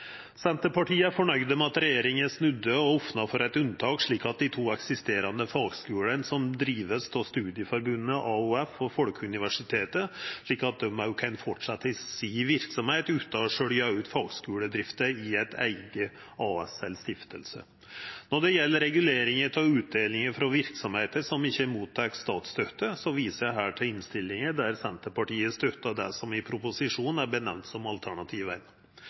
Senterpartiet er fornøgd med at regjeringa snudde og opna for eit unntak, slik at dei to eksisterande fagskulane som vert drivne av Studieforbundet AOF og Folkeuniversitetet, kan fortsetja verksemda si utan å skilja ut fagskuledrifta i eit eige AS eller ei stifting. Når det gjeld regulering av utdelinga frå verksemder som ikkje får statsstøtte, viser eg her til innstillinga, der Senterpartiet støttar det som i proposisjonen er